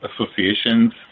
associations